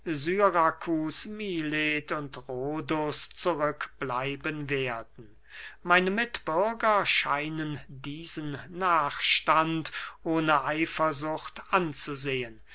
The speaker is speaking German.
rhodus zurückbleiben werden meine mitbürger scheinen diesen nachstand ohne eifersucht anzusehen